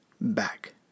back